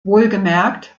wohlgemerkt